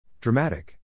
Dramatic